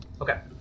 Okay